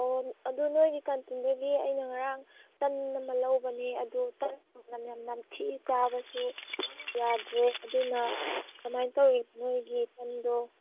ꯑꯣ ꯑꯗꯨ ꯅꯣꯏꯒꯤ ꯀꯥꯟꯇꯤꯟꯗꯒꯤ ꯑꯩꯅ ꯉꯔꯥꯡ ꯇꯟ ꯑꯃ ꯂꯧꯕꯅꯤ ꯑꯗꯨ ꯇꯟꯗꯨ ꯃꯅꯝ ꯌꯥꯝ ꯅꯝꯊꯤ ꯆꯥꯕꯁꯨ ꯌꯥꯗ꯭ꯔꯦ ꯑꯗꯨꯅ ꯀꯃꯥꯏꯅ ꯇꯧꯔꯤꯅꯣ ꯅꯣꯏꯒꯤ ꯇꯟꯗꯣ